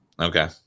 Okay